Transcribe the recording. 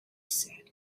said